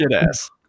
ass